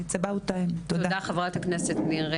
תודה חברת הכנסת ניר.